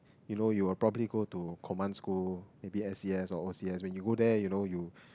you know you're probably go to command school maybe S_C_S or O_C_S when you go there you know you